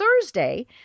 Thursday